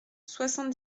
soixante